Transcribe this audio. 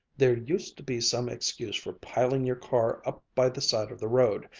there used to be some excuse for piling your car up by the side of the road,